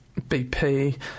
BP